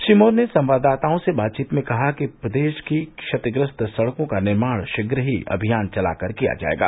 श्री मौर्य ने संवाददातओं से बातचीत में कहा कि प्रदेश की क्षतिग्रस्त सड़कों का निर्माण शीघ्र ही अभियान चलाकर किया जायेगा